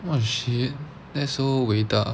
what the shit that's so 伟大